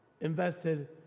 invested